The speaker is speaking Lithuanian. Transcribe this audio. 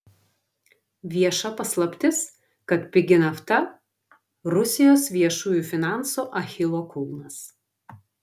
vieša paslaptis kad pigi nafta rusijos viešųjų finansų achilo kulnas